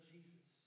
Jesus